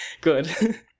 Good